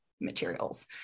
materials